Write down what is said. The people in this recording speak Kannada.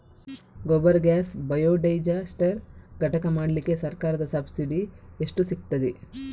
ಗೋಬರ್ ಗ್ಯಾಸ್ ಬಯೋಡೈಜಸ್ಟರ್ ಘಟಕ ಮಾಡ್ಲಿಕ್ಕೆ ಸರ್ಕಾರದ ಸಬ್ಸಿಡಿ ಎಷ್ಟು ಸಿಕ್ತಾದೆ?